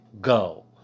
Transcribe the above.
go